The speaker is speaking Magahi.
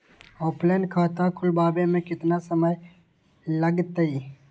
ऑफलाइन खाता खुलबाबे में केतना समय लगतई?